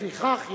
לפיכך,